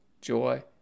joy